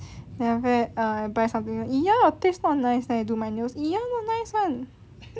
then after that err I buy something !eeyer! your taste not nice eh I do my nails !eeyer! not nice [one]